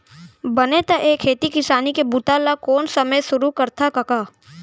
बने त ए खेती किसानी के बूता ल कोन समे सुरू करथा कका?